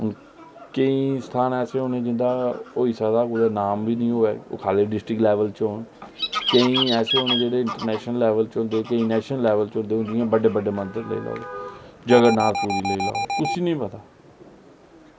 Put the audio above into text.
केईं स्थान ऐसे होने जि'न्दा होई सकदा कुदै नाम बी निं होऐ खाल्ली डिस्ट्रिक्ट लेवल च गै होन केईं ऐसे होंदे जेह्ड़े नेशनल लेवल पर होंदे केईं इंटरनेशनल लेवल पर होंदे हून जियां बड्डे बड्डे मंदर होई गे जमननाथ पूरी लेई लेओ कुसी निं पता